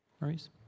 Maurice